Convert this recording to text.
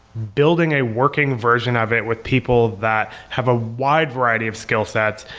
building a working version of it with people that have a wide variety of skill sets,